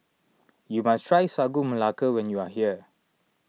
you must try Sagu Melaka when you are here